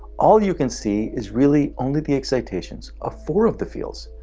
all you can see is really only the excitations of four of the fields.